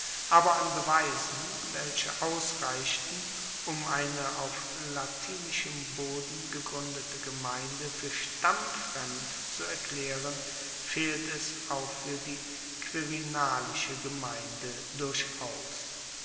aber an beweisen welche ausreichten um eine auf latinischem boden gegruendete gemeinde fuer stammfremd zu erklaeren fehlt es auch fuer die quirinalische gemeinde durchaus